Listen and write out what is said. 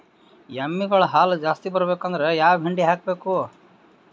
ಎಮ್ಮಿ ಗಳ ಹಾಲು ಜಾಸ್ತಿ ಬರಬೇಕಂದ್ರ ಯಾವ ಹಿಂಡಿ ಹಾಕಬೇಕು?